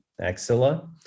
axilla